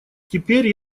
теперь